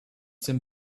some